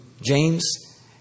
James